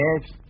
Yes